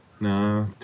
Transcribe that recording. No